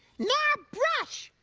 now brush.